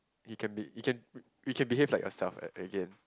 it can be it can you can behave like yourself at again